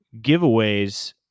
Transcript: giveaways